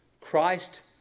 Christ